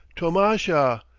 tomasha!